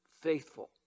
faithful